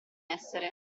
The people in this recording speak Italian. essere